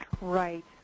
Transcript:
Right